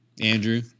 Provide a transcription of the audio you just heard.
Andrew